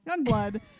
Youngblood